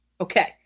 okay